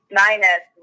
minus